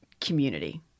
community